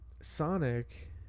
Sonic